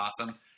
awesome –